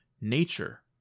Nature